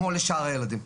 כמו לשאר הילדים.